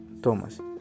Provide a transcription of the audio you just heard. Thomas